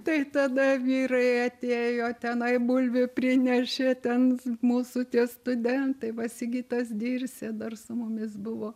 tai tada vyrai atėjo tenai bulvių prinešė ten mūsų tie studentai va sigitas dirsė dar su mumis buvo